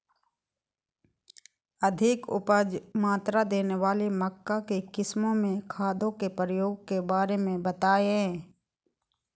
अधिक उपज मात्रा देने वाली मक्का की किस्मों में खादों के प्रयोग के बारे में बताएं?